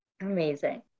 Amazing